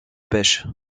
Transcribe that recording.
pêche